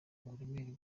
uburemere